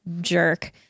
jerk